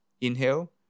Inhale